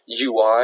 UI